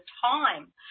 time